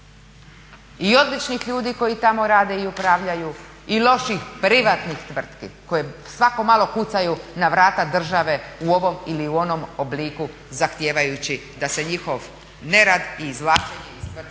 i odličnih ljudi koji tamo rade i upravljaju i loših privatnih tvrtki koje svako malo kucaju na vrata države u ovom ili onom obliku zahtijevajući da se njihov nerad i izvlačenje iz tvrtki